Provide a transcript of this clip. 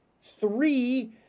Three